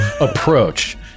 approach